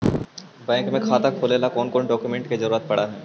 Bank में खाता खोले ल कौन कौन डाउकमेंट के जरूरत पड़ है?